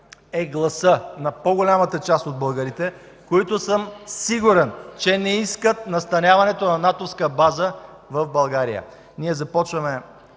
е гласът на по-голямата част от българите, които, сигурен съм, че не искат настаняването на натовска база в България. Ние започваме